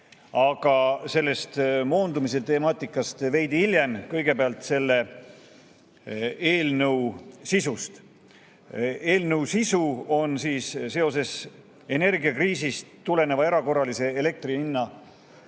Aga sellest moondumise temaatikast veidi hiljem, kõigepealt selle eelnõu sisust. Eelnõu sisu on järgmine. Seoses energiakriisist tuleneva elektrienergia hinna